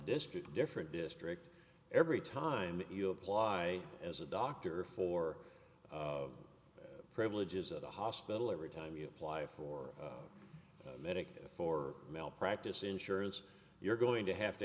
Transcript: district different district every time you apply as a doctor for privileges at the hospital every time you apply for medicaid for malpractise insurance you're going to have to